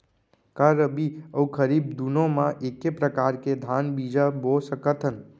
का रबि अऊ खरीफ दूनो मा एक्के प्रकार के धान बीजा बो सकत हन?